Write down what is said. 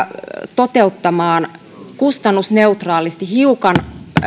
toteuttamaan kustannusneutraalisti hiukan